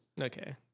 okay